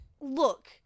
Look